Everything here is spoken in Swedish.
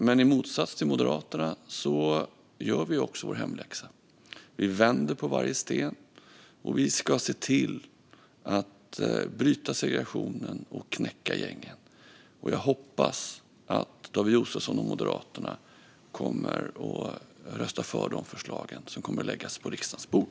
Men i motsats till Moderaterna gör vi också vår hemläxa. Vi vänder på varje sten, och vi ska se till att bryta segregationen och knäcka gängen. Jag hoppas att David Josefsson och Moderaterna kommer att rösta för de förslag som kommer att läggas på riksdagens bord.